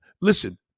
Listen